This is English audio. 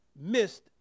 missed